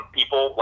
people